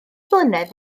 mlynedd